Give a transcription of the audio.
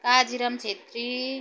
Kajiram Chhetri